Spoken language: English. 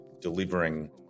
delivering